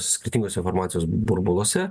skirtinguose informacijos burbuluose